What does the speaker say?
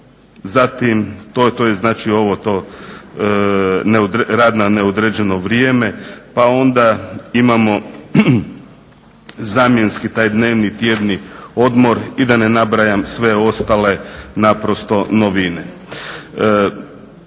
Zatim rad na neodređeno vrijeme, pa onda imamo zamjenski taj dnevni, tjedni odmor i da ne nabrajam sve ostale naprosto novine.